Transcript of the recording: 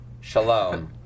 shalom